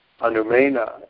Anumena